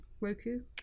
Roku